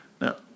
Now